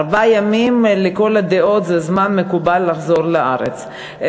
ארבעה ימים לכל הדעות זה זמן מקובל לחזור לארץ.